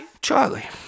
Charlie